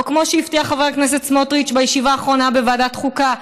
או כמו שהבטיח חבר הכנסת סמוטריץ בישיבה האחרונה בוועדת החוקה,